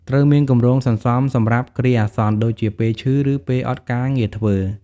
ត្រូវមានគម្រោងសន្សំសម្រាប់គ្រាអាសន្ន ដូចជាពេលឈឺ ឬពេលអត់ការងារធ្វើ។